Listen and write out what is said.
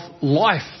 life